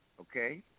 okay